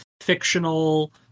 fictional